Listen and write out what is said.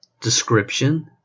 description